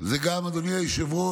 זה גם, אדוני היושב-ראש,